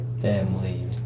family